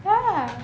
ya